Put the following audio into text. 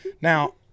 Now